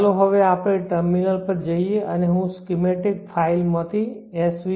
ચાલો હવે આપણે ટર્મિનલ પર જઈએ અને હું સ્કેમેટીક ફાઇલ માંથી svpwm